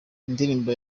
indirimbo